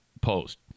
post